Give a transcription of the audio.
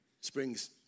Springs